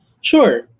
Sure